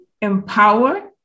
empower